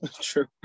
True